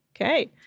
Okay